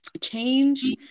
change